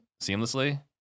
seamlessly